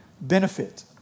benefit